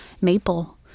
maple